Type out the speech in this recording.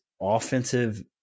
offensive